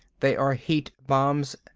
they are heat bombs.